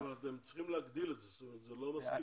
אבל אתם צריכים להגדיל את זה, זה לא מספיק.